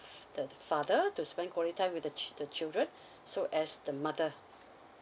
the father to spend quality time with the the children so as the mother